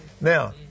Now